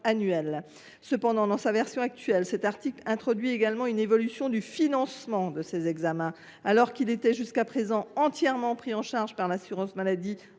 annuelle. Dans sa rédaction actuelle, il introduit également une évolution du financement de ces examens. Alors qu’ils étaient jusqu’à présent entièrement pris en charge par l’assurance maladie